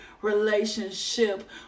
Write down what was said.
relationship